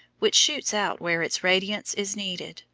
which shoots out where its radiance is needed,